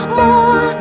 more